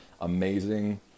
amazing